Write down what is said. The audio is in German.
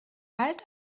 bald